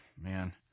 Man